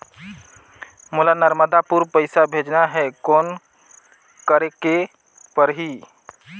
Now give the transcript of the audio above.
मोला नर्मदापुर पइसा भेजना हैं, कौन करेके परही?